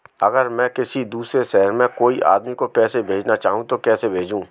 अगर मैं किसी दूसरे शहर में कोई आदमी को पैसे भेजना चाहूँ तो कैसे भेजूँ?